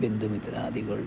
ബന്ധുമിത്രാദികൾ